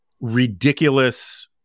ridiculous